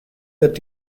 wird